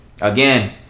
again